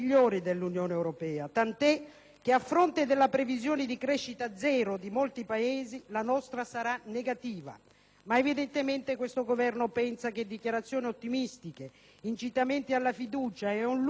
che a fronte della previsione di crescita zero di molti Paesi la nostra sarà negativa; ma evidentemente questo Governo pensa che dichiarazioni ottimistiche, incitamenti alla fiducia e un lungo elenco di misurine da «Monopoli»,